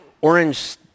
orange